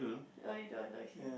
oh you don't you don't okay